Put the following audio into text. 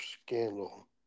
Scandal